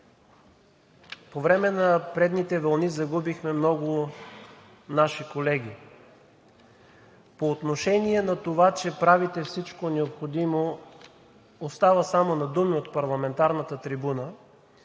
По време на предните вълни загубихме много наши колеги. По отношение на това, че правите всичко необходимо остава само на думи от парламентарната трибуна,